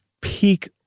peak